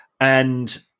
And-